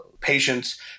patients